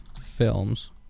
films